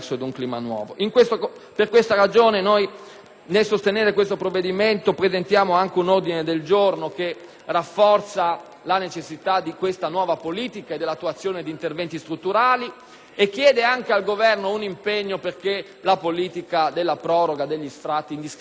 nel sostenere questo provvedimento, presentiamo anche un ordine del giorno volto a rafforzare la necessità di attuare questa nuova politica ed interventi strutturali. Con esso si chiede anche al Governo un impegno affinché la politica della proroga degli sfratti indiscriminata, che abbiamo conosciuto nel passato e che già oggi è